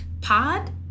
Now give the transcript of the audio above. Pod